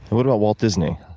what about walt disney?